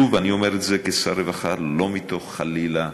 שוב, אני אומר את זה כשר רווחה, לא מתוך, חלילה,